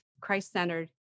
christ-centered